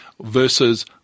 Versus